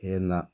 ꯍꯦꯟꯅ